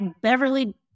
Beverly